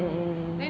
mm mm